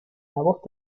voz